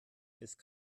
ist